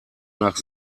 nach